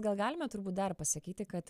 gal galime turbūt dar pasakyti kad